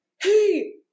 hey